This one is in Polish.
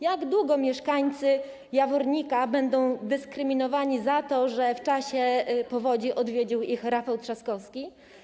Jak długo mieszkańcy Jawornika będą dyskryminowani za to, że w czasie powodzi odwiedził ich Rafał Trzaskowski?